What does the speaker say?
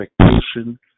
expectation